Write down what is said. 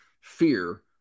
fear